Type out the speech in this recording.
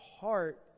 heart